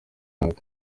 mwaka